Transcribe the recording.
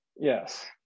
Yes